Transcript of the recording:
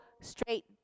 straight